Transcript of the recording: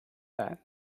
that